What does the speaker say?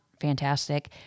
fantastic